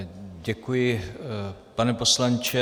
Děkuji, pane poslanče.